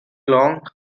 long